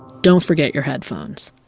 don't forget your headphones